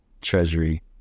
Treasury